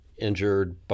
injured